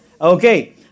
Okay